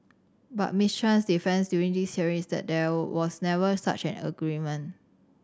but Miss Chan's defence during this hearing is that there was never such an agreement